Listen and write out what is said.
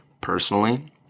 Personally